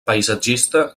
paisatgista